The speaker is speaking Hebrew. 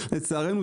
לצערנו,